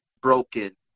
broken